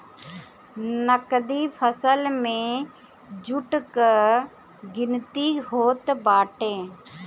नगदी फसल में जुट कअ गिनती होत बाटे